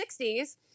60s